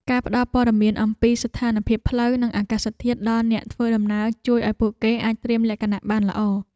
ការផ្តល់ព័ត៌មានអំពីស្ថានភាពផ្លូវ និងអាកាសធាតុដល់អ្នកធ្វើដំណើរជួយឱ្យពួកគេអាចត្រៀមលក្ខណៈបានល្អ។